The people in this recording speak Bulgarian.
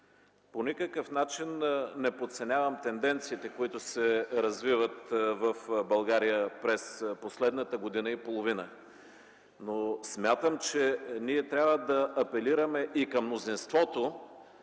По никакъв начин не подценявам тенденциите, които се развиват в България през последната година и половина. Но смятам, че ние трябва да апелираме и към мнозинството